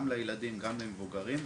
גם לילדים וגם למבוגרים,